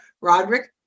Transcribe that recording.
Roderick